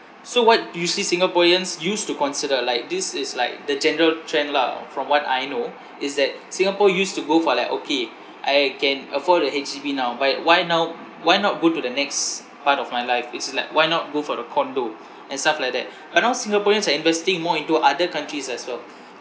so what usually singaporeans used to consider like this is like the general trend lah from what I know is that singapore used to go for like okay I can afford a H_D_B now but why now why not go to the next part of my life as in like why not go for the condo and stuff like that but now singaporeans are investing more into other countries as well